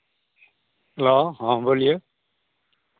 hello हाँ बोलिए